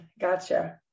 gotcha